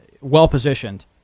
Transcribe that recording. well-positioned